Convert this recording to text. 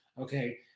Okay